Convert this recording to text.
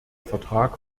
vertrag